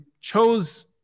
chose